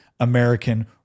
American